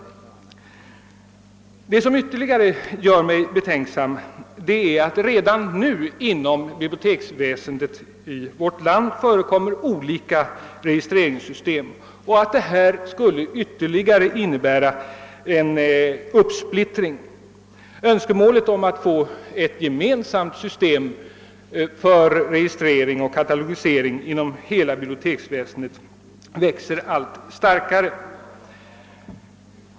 Vad som gör mig än mer betänksam är att det redan nu inom biblioteksväsendet i vårt land förekommer olika registreringssystem, varför det nya skulle medföra en ytterligare uppsplittring. Önskemålet om att få ett gemensamt system för registrering och katalogisering inom hela biblioteksväsendet växer sig allt starkare.